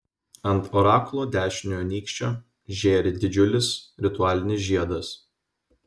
ant orakulo dešiniojo nykščio žėri didžiulis ritualinis žiedas